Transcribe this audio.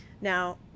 Now